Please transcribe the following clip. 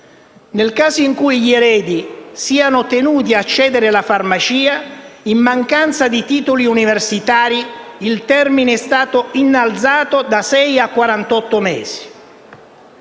Nel caso in cui gli eredi siano tenuti a cedere la farmacia in mancanza di titoli universitari, il termine è stato innalzato da sei a quarantotto mesi.